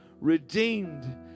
redeemed